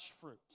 fruit